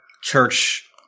church